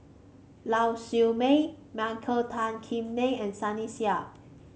Lau Siew Mei Michael Tan Kim Nei and Sunny Sia